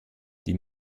die